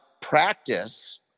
practice